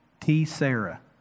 T-sarah